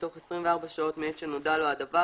בתוך 24 שעות מעת שנודע לו הדבר,